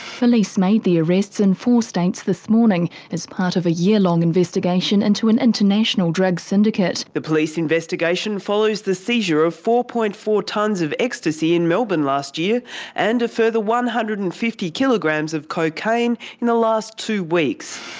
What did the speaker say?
police made the arrests in four states this morning as part of a year-long investigation into an international drug syndicate. the police investigation follows the seizure of four. four tonnes of ecstasy in melbourne last year and a further one hundred and fifty kilograms of cocaine in the last two weeks.